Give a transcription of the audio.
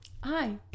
Hi